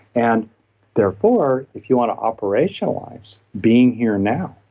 and therefore, if you want to operationalize being here now,